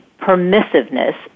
permissiveness